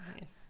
Yes